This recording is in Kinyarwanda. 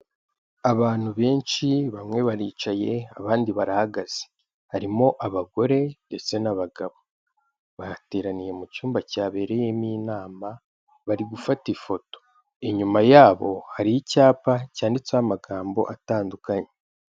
Abantu benshi, bamwe baricaye, abandi barahagaze, harimo abagore ndetse n'abagabo, bateraniye mu cyumba cyabereyemo inama, bari gufata ifoto, inyuma yabo hari icyapa cyanditseho amagambo atandukanye.